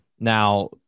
Now